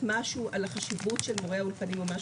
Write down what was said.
מהו על החשיבות של מורי האולפנים ממש,